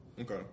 Okay